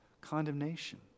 condemnation